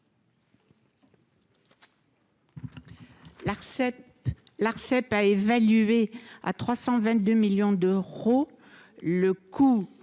L’Arcep a évalué à 322 millions d’euros le coût